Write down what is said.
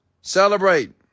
Celebrate